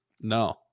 No